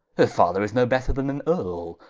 her father is no better than an earle,